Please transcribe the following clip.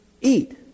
eat